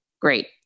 Great